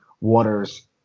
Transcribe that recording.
waters